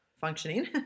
functioning